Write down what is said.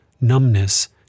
Numbness